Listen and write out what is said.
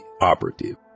operative